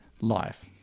life